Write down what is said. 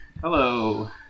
Hello